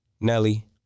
Nelly